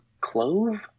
clove